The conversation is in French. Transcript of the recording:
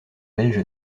belge